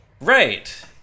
Right